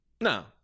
No